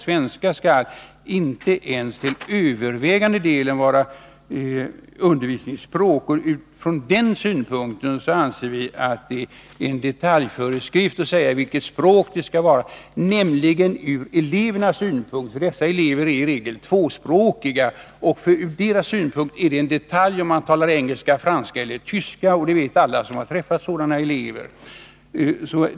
Svenska skall inte ens till övervägande del vara undervisningsspråket. Vi anser att det från elevernas synpunkt är en detaljföreskrift att säga vilket språk det skall vara, för dessa elever är i regel tvåspråkiga. Ur deras synpunkt är det alltså en detalj om man talar engelska, franska eller tyska. Det vet alla som har träffat sådana elever.